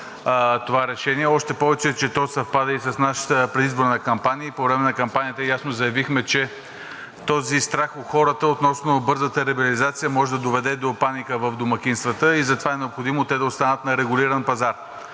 това решение. Още повече че то съвпада и с нашата предизборна кампания и по време на кампанията ясно заявихме, че този страх у хората относно бързата либерализация може да доведе до паника в домакинствата и затова е необходимо те да останат на регулиран пазар.